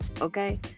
Okay